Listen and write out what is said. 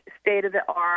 state-of-the-art